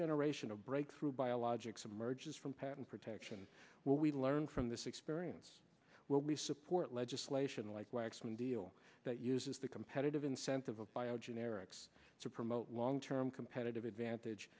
generation of breakthrough biologics emerges from patent protection what we learned from this experience will be support legislation like waxman deal that uses the competitive incentive of bio generics to promote long term competitive advantage